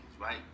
right